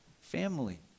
Family